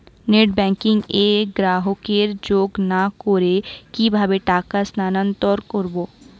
Net banking এ গ্রাহককে যোগ না করে কিভাবে টাকা স্থানান্তর করব?